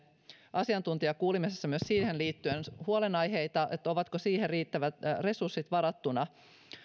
asiantuntijakuulemisessa myös siihen liittyen huolenaiheita onko siihen riittävät resurssit varattuna